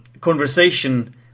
conversation